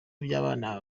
by’abana